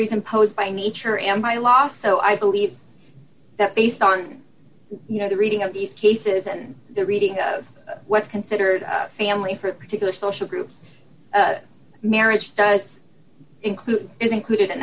imposed by nature and by law so i believe that based on you know the reading of these cases and the reading of what's considered a family for a particular social group marriage does include is included in